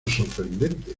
sorprendente